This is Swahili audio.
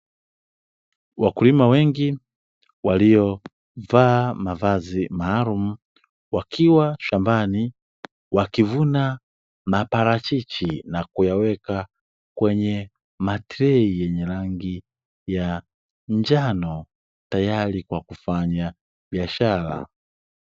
Wakulima wengi waliovaa mavazi maalumu, wakiwa shambani, wakivuna maparachichi na kuyaweka kwenye matrei yenye rangi ya njano, tayari kwa kufanya biashara.